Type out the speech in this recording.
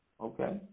Okay